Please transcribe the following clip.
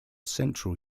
central